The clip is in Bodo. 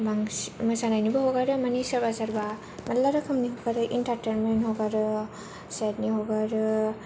बांसिन मोसानायनिबो हगारो माने सोरबा सोरबा मेल्ला रोखोमनि हगारो इन्टारटैनमेन्ट हगारो सेदनि हगारो